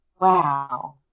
Wow